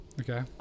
Okay